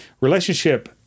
relationship